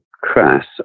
crass